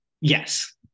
Yes